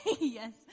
Yes